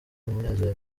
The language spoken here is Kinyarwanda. umunezero